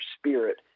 spirit